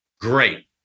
great